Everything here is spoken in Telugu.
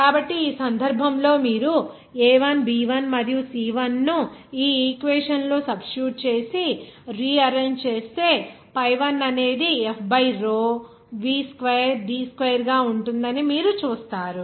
కాబట్టి ఈ సందర్భంలో మీరు a 1 b 1 మరియు c 1 ను ఈ ఈక్వేషన్స్ లో సబ్స్టిట్యూట్ చేసి రిఆరెంజ్ చేస్తే ఈ pi 1 అనేది F by rho v square D square గా ఉంటుందని మీరు చూస్తారు